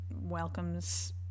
welcomes